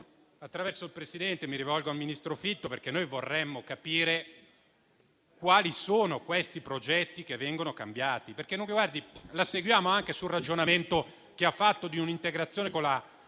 attraverso il Presidente, mi rivolgo al ministro Fitto perché vorremmo capire quali sono i progetti che vengono cambiati. La seguiamo anche sul ragionamento relativo all'integrazione con i